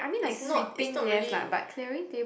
it's not it's not really